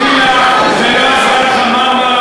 לא עזר לך הפלוטילה ולא עזר לך ה"מרמרה",